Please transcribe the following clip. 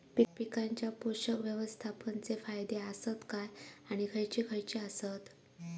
पीकांच्या पोषक व्यवस्थापन चे फायदे आसत काय आणि खैयचे खैयचे आसत?